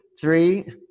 three